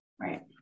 right